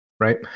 Right